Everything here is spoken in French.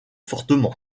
fortement